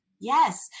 yes